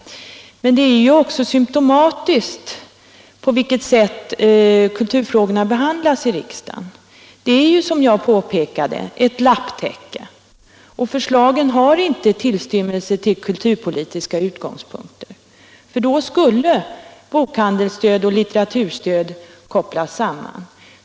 Men det är också symtomatiskt för det sätt på vilket kulturfrågorna behandlas i riksdagen. De är, som jag påpekade, ett lapptäcke. Förslagen har inte tillstymmelse till kulturpolitiska utgångspunkter, för då skulle bokhandelsstöd och litteraturstöd kopplas samman.